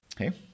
okay